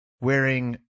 wearing